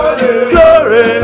Glory